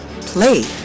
Play